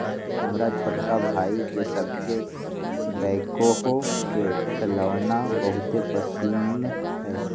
हमर छोटका भाई सभके बैकहो के खेलौना बहुते पसिन्न हइ